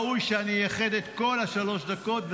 כבודו של הרב ראוי שאני אייחד את כל שלוש הדקות,